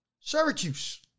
Syracuse